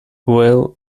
well